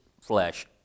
flesh